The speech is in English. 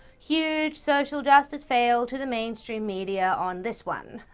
huge social justice fail to the mainstream media on this one.